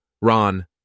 Ron